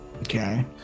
Okay